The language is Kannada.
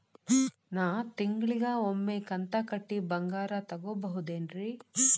ನಾ ತಿಂಗಳಿಗ ಒಮ್ಮೆ ಕಂತ ಕಟ್ಟಿ ಬಂಗಾರ ತಗೋಬಹುದೇನ್ರಿ?